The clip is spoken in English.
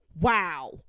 wow